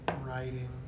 writing